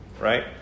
right